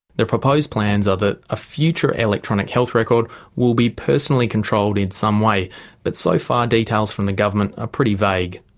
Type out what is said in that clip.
the proposed plans are that a future electronic health record will be personally controlled in some way but so far details from the government are ah pretty vague.